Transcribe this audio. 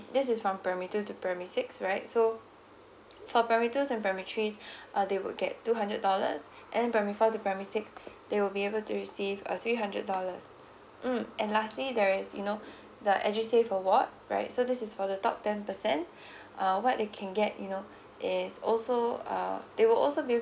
this is from primary two to primary six right so for primary two to primary three uh they would get two hundred dollars and primary four to primary six they will be able to receive uh three hundred dollars mm and lastly there is you know the edusave award right so this is for the top ten percent uh what they can get you know is also uh they will also be